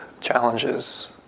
challenges